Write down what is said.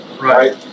Right